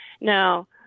Now